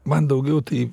man daugiau tai